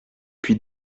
puy